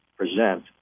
present